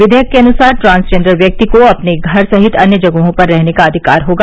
विवेयक के अनुसार ट्रांसजेंडर व्यक्ति को अपने घर सहित अन्य जगहों पर रहने का अधिकार होगा